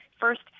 First